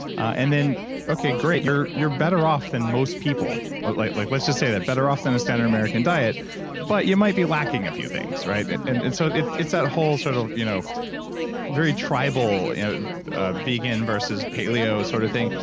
and then great, you're you're better off than most people. like like let's just say that. better off than a standard american diet but you might be lacking a few things and and and so it's it's that whole sort of you know very tribal you know ah vegan versus paleo sort of thing.